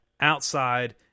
outside